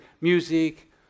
music